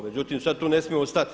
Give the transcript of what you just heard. Međutim, sada tu ne smijemo stati.